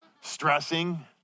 stressing